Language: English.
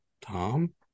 Tom